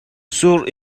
sur